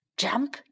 jump